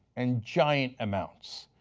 and giant amounts.